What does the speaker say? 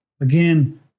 again